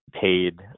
paid